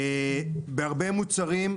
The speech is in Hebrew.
בהרבה מוצרים,